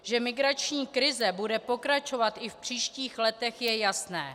Že migrační krize bude pokračovat i v příštích letech, je jasné.